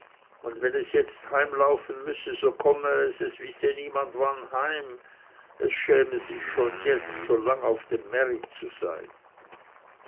und wenn es jetzt heim laufen müsse so komme es es wisse niemand wann heim es schäme sich schon jetzt so lang auf dem märit zu sein